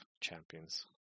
champions